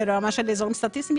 ברמה של אזורים סטטיסטיים.